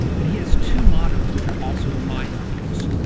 and he has two mottos, which are also my mottoes.